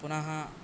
पुनः